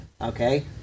Okay